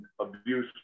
abuse